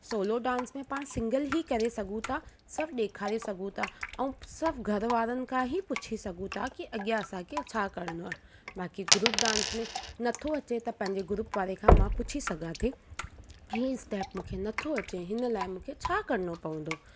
solo dance में पाण single ई करे सघूं था सभु ॾेखारे सघूं था ऐं सभु घरवारनि खां ई पुछी सघूं था की अॻियां असांखे छा करिणो आहे बाक़ी ग्रूप डांस में नथो अचे त पंहिंजे ग्रूप वारे खां मां पुछी सघां थी ई स्टैप मूंखे नथो अचे हिन लाइ मूंखे छा करिणो पवंदो